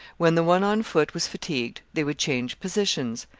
when the one on foot was fatigued they would change positions,